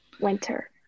Winter